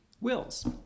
wills